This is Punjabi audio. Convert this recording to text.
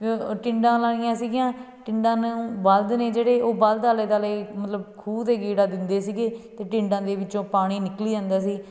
ਟਿੰਡਾਂ ਲਾਈਆਂ ਸੀਗੀਆਂ ਟਿੰਡਾਂ ਨੂੰ ਬਲਦ ਨੇ ਜਿਹੜੇ ਉਹ ਬਲਦ ਆਲੇ ਦੁਆਲੇ ਮਤਲਬ ਖੂਹ ਦੇ ਗੇੜਾ ਦਿੰਦੇ ਸੀਗੇ ਅਤੇ ਟਿੰਡਾਂ ਦੇ ਵਿੱਚੋਂ ਪਾਣੀ ਨਿਕਲੀ ਜਾਂਦਾ ਸੀ